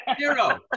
zero